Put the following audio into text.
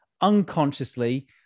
Unconsciously